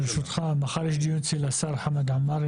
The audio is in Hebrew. ברשותך מחר יש דיון אצל השר חמד עמאר,